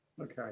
Okay